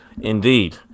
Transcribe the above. Indeed